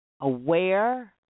aware